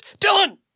Dylan